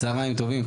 צוהריים טובים,